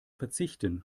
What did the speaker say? verzichten